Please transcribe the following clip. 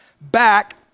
back